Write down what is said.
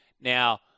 Now